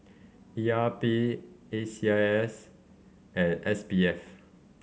E R P A C I S and S B F